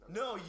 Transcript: no